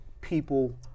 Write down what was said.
people